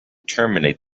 terminate